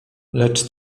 lecz